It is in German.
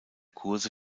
kurse